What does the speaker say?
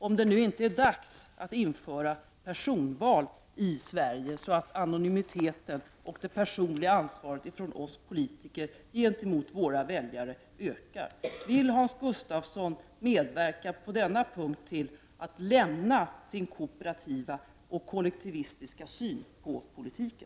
Är det nu inte dags att införa personval i Sverige så att anonymiteten minskar och det personliga ansvaret från oss politiker gentemot våra väljare ökar? Vill Hans Gustafsson medverka på denna punkt och lämna sin korporativa och kollektivistiska syn på politiken?